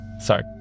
Sorry